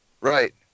Right